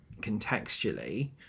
contextually